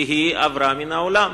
כי היא עברה מן העולם.